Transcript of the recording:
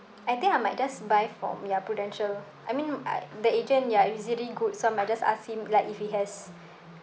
I think I might just buy from ya Prudential I mean uh the agent ya it's really good so I might just ask him like if he has